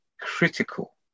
critical